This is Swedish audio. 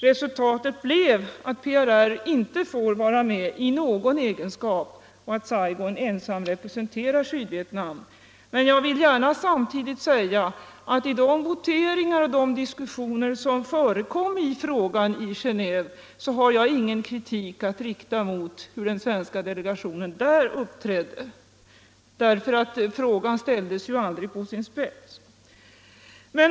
Resultatet blev att PRR inte får vara med i någon egenskap och att Saigon ensamt representerar Syd Men jag vill gärna samtidigt säga att när det gäller de voteringar och de diskussioner som förekom i frågan i Genéve har jag ingen kritik att rikta mot den svenska delegationens uppträdande. Frågan ställdes ju aldrig på sin spets.